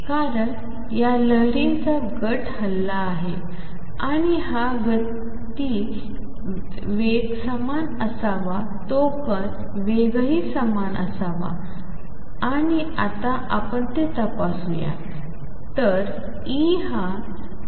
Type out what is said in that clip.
कारण या लहरींचा गट हलला आहे आणि हा गती वेग समान असावा तो कण वेगही समान असावा आणि आता आपण ते तपासू या